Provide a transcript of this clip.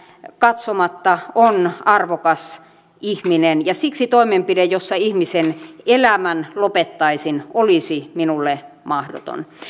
katsomatta on arvokas ihminen siksi toimenpide jossa ihmisen elämän lopettaisin olisi minulle mahdoton